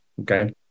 okay